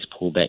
pullback